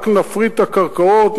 רק נפריט את הקרקעות,